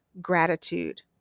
gratitude